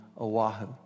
Oahu